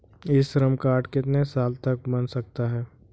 ई Shram card कितने साल तक बन सकता है?